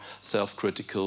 self-critical